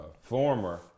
former